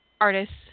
artists